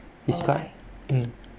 its quite mm